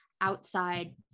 outside